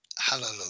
Hallelujah